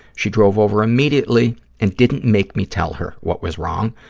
she drove over immediately and didn't make me tell her what was wrong.